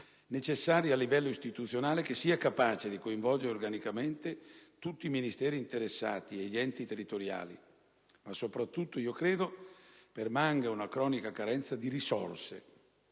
necessari a livello istituzionale che sia capace di coinvolgere organicamente tutti i Ministeri interessati e gli enti territoriali, ma soprattutto credo che permanga una cronica carenza di risorse,